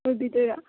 ꯑꯣꯏꯕꯤꯗꯣꯏꯔꯥ